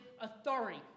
authority